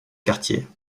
quartier